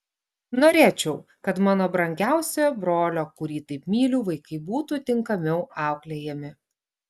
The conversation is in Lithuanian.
norėčiau kad mano brangiausio brolio kurį taip myliu vaikai būtų tinkamiau auklėjami